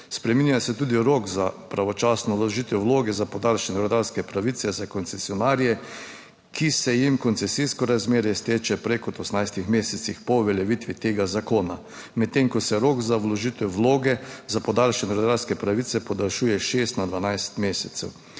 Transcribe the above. Spreminja se tudi rok za pravočasno vložitev vloge za podaljšanje rudarske pravice za koncesionarje, ki se jim koncesijsko razmerje izteče prej kot v 18 mesecih po uveljavitvi tega zakona, medtem ko se rok za vložitev vloge za podaljšanje rudarske pravice podaljšuje 6 na 12 mesecev.